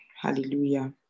hallelujah